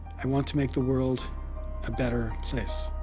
i want to make the world a better place.